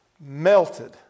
melted